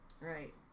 Right